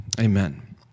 Amen